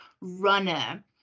runner